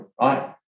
right